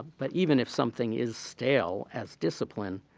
but even if something is stale as discipline,